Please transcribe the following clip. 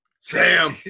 Sam